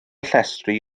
llestri